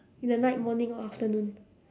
in the night morning or afternoon